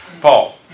Paul